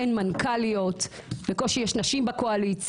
אין מנכ"ליות, בקושי יש נשים בקואליציה.